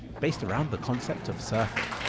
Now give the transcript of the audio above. based around the concept of surfing.